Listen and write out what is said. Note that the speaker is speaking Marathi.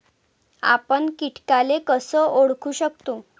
आपन कीटकाले कस ओळखू शकतो?